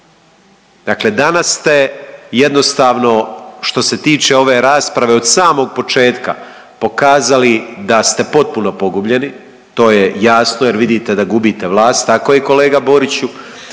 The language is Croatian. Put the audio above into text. Dakle danas ste jednostavno što se tiče ove rasprave od samog početka pokazali da ste ponovo pogubljeni, to je jasno jer vidite da gubite vlast, tako je kolega Boriću.